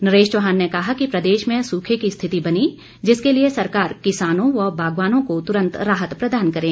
नरेश चौहान ने कहा कि प्रदेश में सूखे की स्थिति बनी जिसके लिए सरकार किसानों व बागवानों को तुरंत राहत प्रदान करे